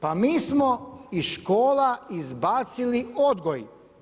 Pa mi smo iz škola izbacili odgoj.